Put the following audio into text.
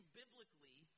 biblically